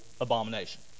abomination